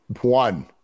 one